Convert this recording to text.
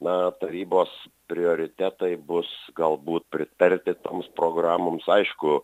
na tarybos prioritetai bus galbūt pritarti toms programoms aišku